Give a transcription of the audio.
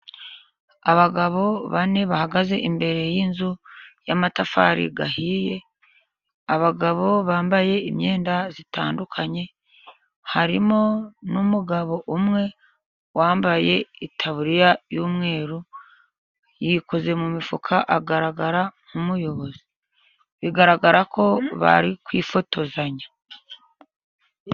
Abagabo bane bahagaze imbere y'inzu y'amatafari ahiye. Abagabo bambaye imyenda itandukanye harimo n'umugabo umwe wambaye itaburiya y'umweru yikoze mu mifuka agaragara nk'umuyobozi bigaragara ko bari kwifotozanya.